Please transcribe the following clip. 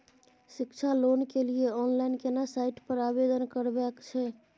शिक्षा लोन के लिए ऑनलाइन केना साइट पर आवेदन करबैक छै?